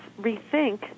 rethink